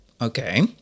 Okay